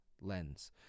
lens